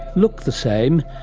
look the same,